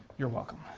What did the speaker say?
you're welcome.